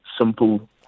simple